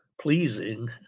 pleasing